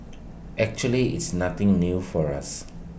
actually it's nothing new for us